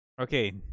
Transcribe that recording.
Okay